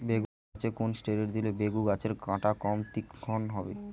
বেগুন গাছে কোন ষ্টেরয়েড দিলে বেগু গাছের কাঁটা কম তীক্ষ্ন হবে?